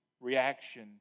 reaction